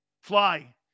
Fly